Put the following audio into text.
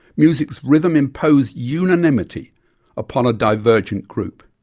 music's rhythm imposed unanimity upon a divergent group.